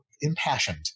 impassioned